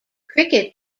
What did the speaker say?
cricket